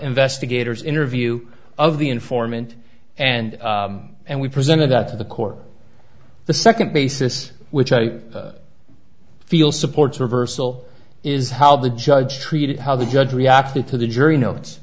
investigators interview of the informant and and we presented that to the court the second basis which i feel supports reversal is how the judge treated how the judge reacted to the jury notes